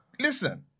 Listen